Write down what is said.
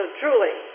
truly